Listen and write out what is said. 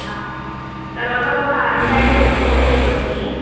తర్వాత ఒక కారం ప్యాకెట్ ఒ ఒకటివ్వండీ